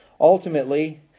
ultimately